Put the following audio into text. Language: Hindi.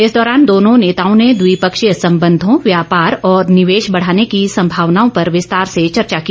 इस दौरान दोनों नेताओं ने द्वि पक्षीय संबंधों व्यापार और निवेश बढ़ाने की संभावनाओं पर विस्तार से चर्चा की